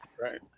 Right